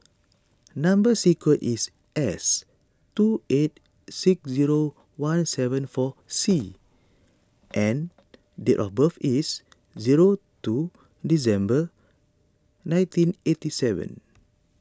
Number Sequence is S two eight six zero one seven four C and date of birth is zero two December nineteen eighty seven